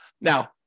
Now